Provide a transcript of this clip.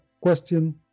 question